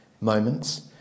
moments